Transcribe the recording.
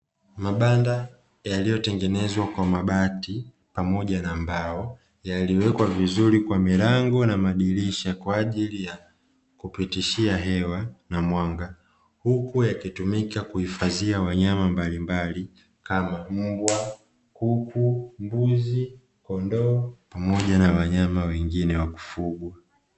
Mabanda yaliyotengenezwa kwa mabati pamoja na mbao yaliwekwa vizuri kwa milango na madirisha kwa ajili ya kupitishia hewa na mwanga, huku yakitumika kuhifadhia wanyama mbalimbali kama vile mbwa, kuku, mbuzi, kondoo pamoja na wanyama wengine wa kufugwa.